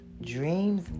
dreams